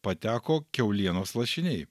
pateko kiaulienos lašiniai